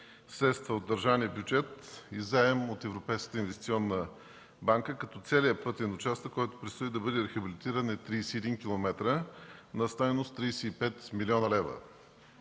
средства от държавния бюджет и заем от Европейската инвестиционна банка, като целият пътен участък, който предстои да бъде рехабилитиран, е 31 км на стойност 35 млн. лв.